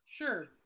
Sure